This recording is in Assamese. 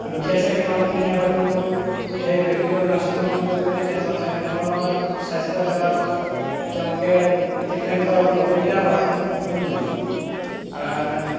দুখীয়া শ্ৰেণীৰ মানুহখিনিয়ে হয়তো সেই ব্যক্তিগত নাৰ্ছিং হোমত গৈকেনে তেনে তেনেধৰণৰ স্বাস্থ্যসেৱাত তেওঁলোকে ট্ৰিটমেণ্ট কৰাবলৈ অসুবিধা হয়